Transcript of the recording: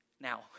now